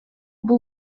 бул